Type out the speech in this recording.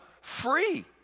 free